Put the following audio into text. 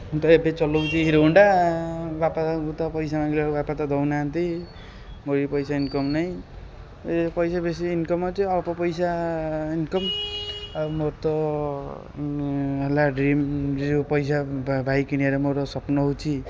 ମୁଁ ତ ଏବେ ଚଲାଉଛି ହିରୋହୋଣ୍ଡା ବାପାଙ୍କୁ ତ ପଇସା ମାଗିଲା ବେଳକୁ ବାପା ତ ଦେଉନାହାନ୍ତି ମୋର ବି ପଇସା ଇନକମ୍ ନାହିଁ ଏ ପଇସା ବେଶୀ ଇନକମ୍ ଅଛି ଅଳ୍ପ ପଇସା ଇନକମ୍ ଆଉ ମୋର ତ ହେଲା ଡ୍ରିମ୍ ପଇସା ବାଇକ୍ କିଣିବାର ମୋ ସ୍ୱପ୍ନ ହେଉଛି